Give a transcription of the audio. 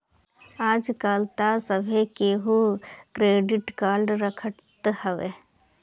आजकल तअ सभे केहू क्रेडिट कार्ड रखत हवे